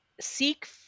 seek